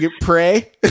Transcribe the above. pray